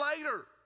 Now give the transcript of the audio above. later